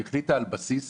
היא החליטה על בסיס